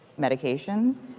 medications